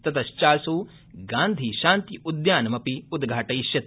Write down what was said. ततश्चासौ गान्धि शान्ति उद्यानमपि उद्धाटयिष्यति